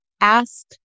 ask